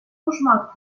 пушмак